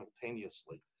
simultaneously